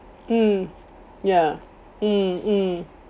mm ya mm mm